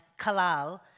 kalal